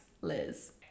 Liz